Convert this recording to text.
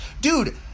dude